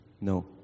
No